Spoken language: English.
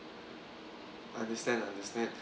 understand understand